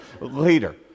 later